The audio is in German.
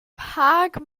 park